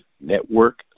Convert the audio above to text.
network